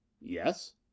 Yes